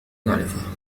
نعرفه